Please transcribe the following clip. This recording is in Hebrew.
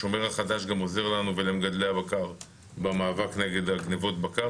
השומר החדש גם עוזר לנו ולמגדלי הבקר במאבק נגד גניבות הבקר.